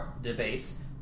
debates